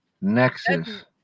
Nexus